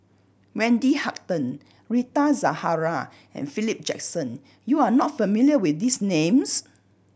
Wendy Hutton Rita Zahara and Philip Jackson you are not familiar with these names